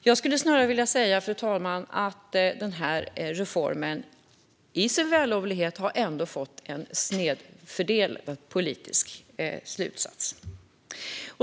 Jag skulle snarare vilja säga, fru talman, att den här reformen trots sin vällovlighet ändå har inneburit en snedfördelning. Det är en politisk slutsats.